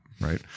Right